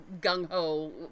gung-ho